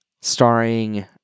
Starring